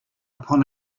upon